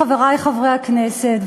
חברי חברי הכנסת,